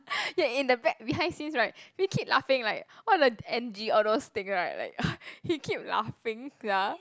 ya in the back behind scenes right he keep laughing like all the N_G all those thing right like he keep laughing sia